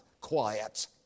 quiet